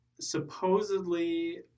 supposedly